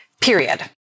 period